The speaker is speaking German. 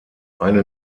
eine